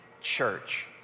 church